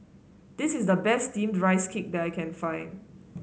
this is the best steamed Rice Cake that I can find